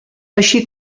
així